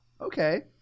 okay